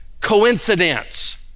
coincidence